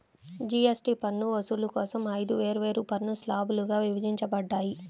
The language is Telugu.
జీఎస్టీ పన్ను వసూలు కోసం ఐదు వేర్వేరు పన్ను స్లాబ్లుగా విభజించబడ్డాయి